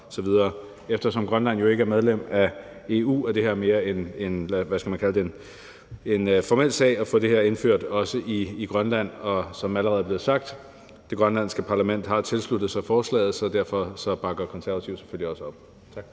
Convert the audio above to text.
Eftersom Grønland jo ikke er medlem af EU, er det mere en, hvad skal man kalde det, formel sag at få det her indført også i Grønland. Og som det allerede er blevet sagt, har det grønlandske parlament tilsluttet sig forslaget, så derfor bakker Konservative selvfølgelig også op. Tak.